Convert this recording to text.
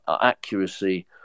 accuracy